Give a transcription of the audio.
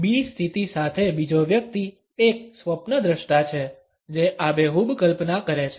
B સ્થિતિ સાથે બીજો વ્યક્તિ એક સ્વપ્નદ્રષ્ટા છે જે આબેહૂબ કલ્પના કરે છે